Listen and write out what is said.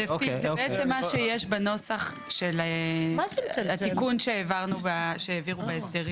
זה בעצם מה שיש בנוסח של התיקון שהעבירו בהסדרים.